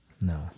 no